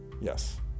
Yes